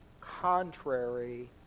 contrary